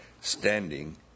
standing